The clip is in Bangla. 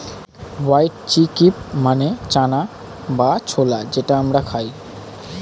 হোয়াইট চিক্পি মানে চানা বা ছোলা যেটা আমরা খাই